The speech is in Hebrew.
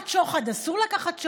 אסור להיות מושחת,